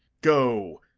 go,